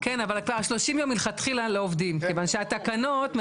אז אנחנו נדבר על זה אחר כך.